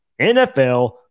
NFL